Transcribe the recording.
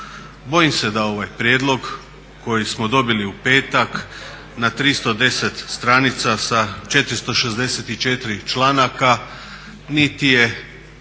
Bojim se da ovaj prijedlog koji smo dobili u petak na 310 stranica sa 464 članaka niti je